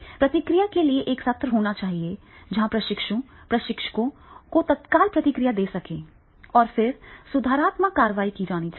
प्रतिक्रिया के लिए एक सत्र होना चाहिए जहां प्रशिक्षु प्रशिक्षकों को तत्काल प्रतिक्रिया दे सकते हैं और फिर सुधारात्मक कार्रवाई की जा सकती है